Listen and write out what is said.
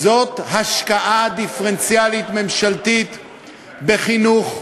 זה השקעה דיפרנציאלית ממשלתית בחינוך,